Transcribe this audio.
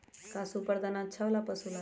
का सुपर दाना अच्छा हो ला पशु ला?